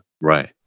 Right